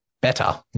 better